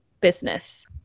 business